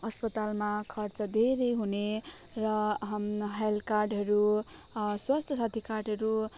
अस्पतालमा खर्च धेरै हुने र हेल्थ कार्डहरू स्वस्थ्य साथी कार्डहरू